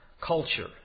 culture